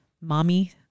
mommy